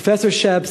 פרופסור שפס,